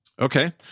Okay